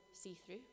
see-through